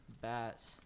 Bats